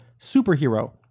superhero